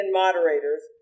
moderators